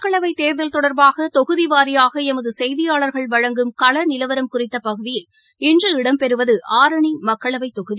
மக்களவைத் தேர்தல் தொடர்பாகதொகுதிவாரியாகளமதுசெய்தியாளர்கள் வழங்கும் களநிலவரம் குறித்தபகுதியில் இன்று இடம்பெறுவதுஆரணிமக்களவைத் தொகுதி